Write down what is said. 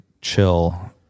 chill